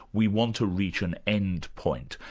we want to reach an end point,